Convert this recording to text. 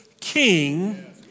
king